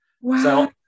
Wow